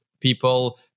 people